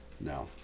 No